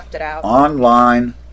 online